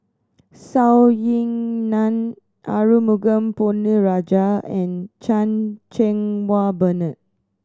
Ying Nan Arumugam Ponnu Rajah and Chan Cheng Wah Bernard